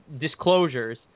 disclosures